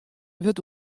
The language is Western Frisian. wurdt